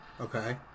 Okay